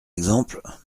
exemple